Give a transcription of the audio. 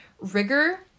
rigor